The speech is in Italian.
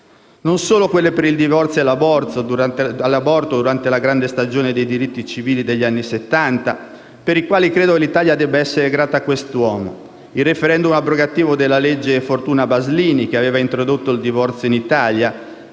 Non solo quelle per il divorzio e l'aborto, durante la grande stagione dei diritti civili degli anni Settanta, per i quali credo che l'Italia debba essere grata a quest'uomo. Il *referendum* abrogativo della legge Fortuna-Baslini, che aveva introdotto il divorzio in Italia,